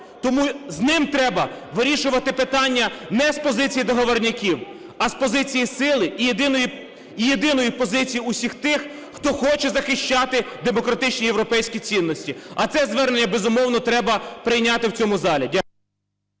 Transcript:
Тому з ним треба вирішувати питання не з позиції "договорняків", а з позиції сили і єдиної позиції всіх тих, хто хоче захищати демократичні європейські цінності. А це звернення, безумовно, треба прийняти в цьому залі.